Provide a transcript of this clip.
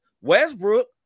Westbrook